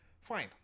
Fine